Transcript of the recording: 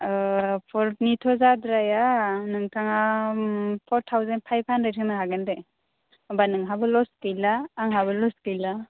परनिथ' जाद्राया नोंथाङा परथाउजेन पाइब हानड्रेट होनो हागोन दे होमबा नोंहाबो लस गैला आंहाबो लस गैला